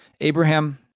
Abraham